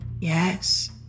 Yes